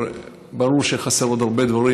ברור שחסרים עוד הרבה דברים,